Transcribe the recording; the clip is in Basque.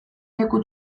leku